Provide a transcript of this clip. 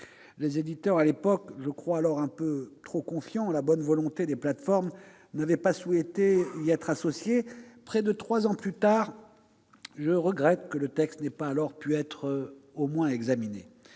Les éditeurs, à l'époque, alors un peu trop confiants en la bonne volonté des plateformes, n'avaient pas souhaité y être associés. Près de trois ans plus tard, je regrette que le texte n'ait pas alors pu être au moins examiné.